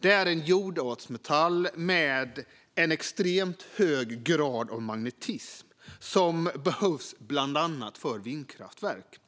Det är en jordartsmetall med extremt hög grad av magnetism som behövs bland annat för vindkraftverk.